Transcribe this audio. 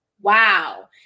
wow